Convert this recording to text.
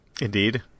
Indeed